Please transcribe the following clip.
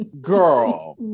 girl